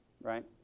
right